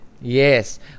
Yes